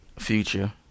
Future